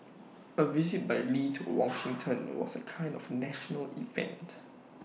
A visit by lee to Washington was A kind of national event